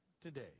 Today